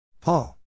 Paul